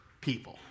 people